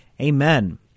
amen